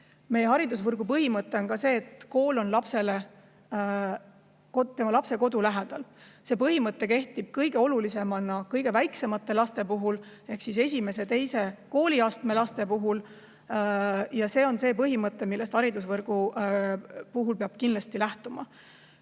Meie haridusvõrgu põhimõte on see, et kool on lapse kodu lähedal. See põhimõte kehtib kõige olulisemana kõige väiksemate laste puhul ehk siis esimese ja teise kooliastme laste puhul. Ja see on põhimõte, millest haridusvõrgu puhul peab kindlasti lähtuma.